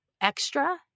extra